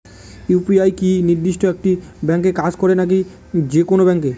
UPI কি নির্দিষ্ট একটি ব্যাংকে কাজ করে নাকি যে কোনো ব্যাংকে?